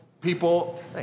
people